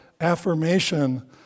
affirmation